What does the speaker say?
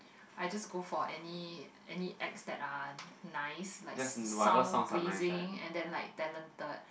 I just go for any any acts that are nice like sound blitzing and then like talented